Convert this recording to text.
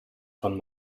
von